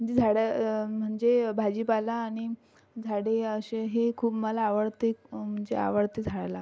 म्हणजे झाडं म्हणजे भाजीपाला आणि झाडे असे हे खूप मला आवडते म्हणजे आवडते झाडे लावायला